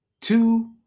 two